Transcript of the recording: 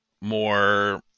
more